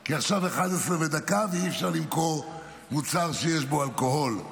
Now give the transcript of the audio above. כי עכשיו 23:01 ואי-אפשר למכור מוצר שיש בו אלכוהול.